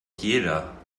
jeder